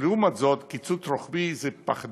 ולעומת זאת קיצוץ רוחבי זה פחדנות,